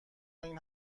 این